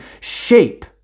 shape